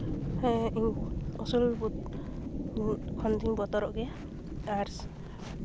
ᱦᱮᱸ ᱤᱧ ᱩᱥᱩᱞ ᱵᱩᱨᱩ ᱠᱷᱚᱱᱫᱩᱧ ᱵᱚᱛᱚᱨᱚᱜ ᱜᱮᱭᱟ ᱟᱨ